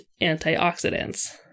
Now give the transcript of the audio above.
antioxidants